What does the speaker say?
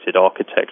architecture